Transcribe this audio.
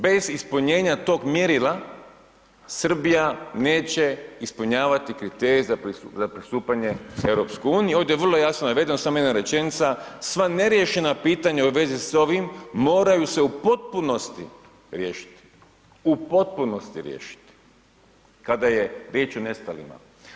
Bez ispunjenja tog mjerila Srbija neće ispunjavati kriterije za pristupanje EU, ovdje je vrlo jasno navedeno samo jedna rečenica sva neriješena pitanja u vezi s ovim, moraju se u potpunosti riješiti, u potpunosti riješiti kada je riječ o nestalima.